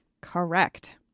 Correct